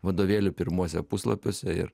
vadovėlių pirmuose puslapiuose ir